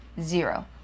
Zero